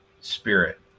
Spirit